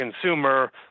consumer